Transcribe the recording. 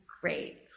great